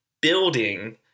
building